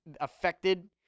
affected